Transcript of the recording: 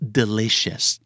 delicious